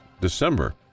December